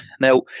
Now